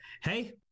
hey